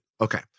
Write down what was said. Okay